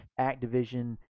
Activision